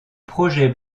projet